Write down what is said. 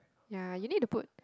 ya you need to put